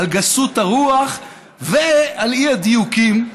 על גסות הרוח ועל האי-דיוקים.